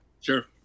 sure